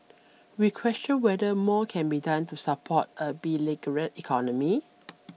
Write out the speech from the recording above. we question whether more can be done to support a beleaguered economy